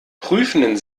prüfenden